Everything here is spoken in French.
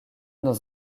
dans